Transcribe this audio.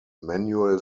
manual